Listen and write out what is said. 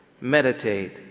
meditate